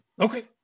Okay